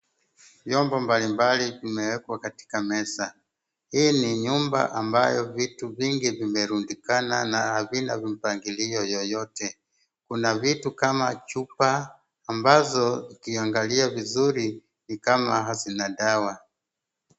Vyombo mbali mbali vimeekwa katika meza, hii ni nyumba ambayo vitu vingi vimerudikana na havina mpangilio yoyote, kuna vitu kama chupa ambavyo ukiangalia vizuri ni kama hazina dawa.